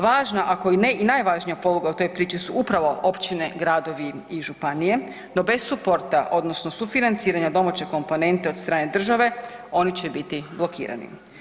Važna, ako ne i najvažnija poluga u toj priči su upravo općine, gradovi i županije, no bez suporta odnosno sufinanciranja domaće komponente od strane države oni će biti blokirani.